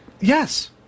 Yes